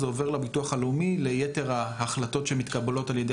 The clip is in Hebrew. זה עובר לביטוח הלאומי לייתר ההחלטות שמתקבלות על-ידי